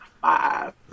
five